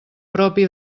propi